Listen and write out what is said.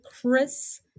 Chris